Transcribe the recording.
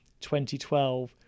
2012